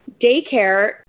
daycare